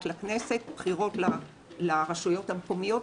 לכנסת ומערכת בחירות לרשויות המקומיות.